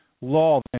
law